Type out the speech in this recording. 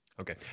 Okay